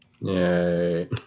Yay